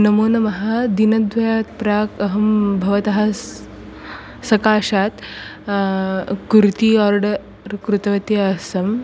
नमो नमः दिनद्वयात् प्राक् अहं भवतः सह सकाशात् कुर्ती आर्डर् कृतवती आसं